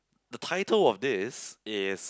the title of this is